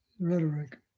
rhetoric